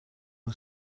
who